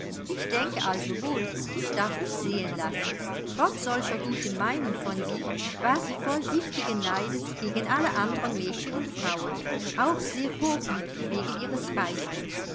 ich denke also wohl ich darf mich sehen lassen trotz solcher guten meinung von sich war sie voll giftigen neides gegen alle anderen mädchen und frauen auch sehr hochmütig wegen ihres reichtums